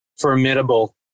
formidable